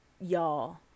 y'all